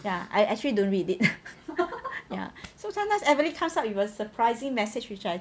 ya I actually don't read it ya so sometimes every comes up it was surprising message which I